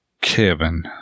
Kevin